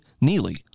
Neely